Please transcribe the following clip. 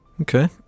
Okay